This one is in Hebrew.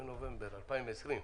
בנובמבר 2020,